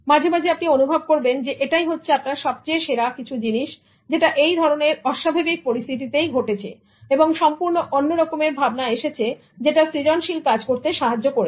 মাঝে মাঝে আপনি অনুভব করবেন এটাই হচ্ছে আপনার সবচেয়ে সেরা কিছু জিনিস যেটা এই ধরনের অস্বাভাবিক পরিস্থিতিতে ঘটেছে এবং সম্পুর্ণ অন্যরকমের ভাবনা এসেছে যেটা সৃজনশীল কাজ করতে সাহায্য করেছে